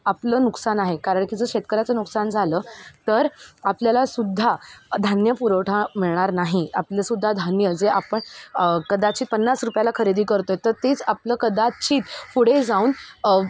आपलं नुकसान आहे कारण की जर शेतकऱ्याचं नुकसान झालं तर आपल्यालासुद्धा धान्य पुरवठा मिळणार नाही आपलंसुद्धा धान्य जे आपण कदाचित पन्नास रुपयाला खरेदी करतोय तर तेच आपलं कदाची फुडे जाऊन